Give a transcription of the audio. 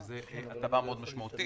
זו הטבה מאוד משמעותית.